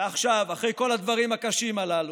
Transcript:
עכשיו, אחרי כל הדברים הקשים הללו,